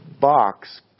box